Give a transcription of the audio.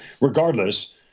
regardless